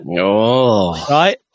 right